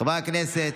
חברי הכנסת,